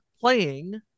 playing